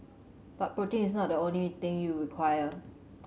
but protein is not the only thing you require